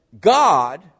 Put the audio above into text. God